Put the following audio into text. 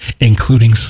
including